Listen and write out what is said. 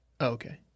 Okay